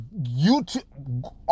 youtube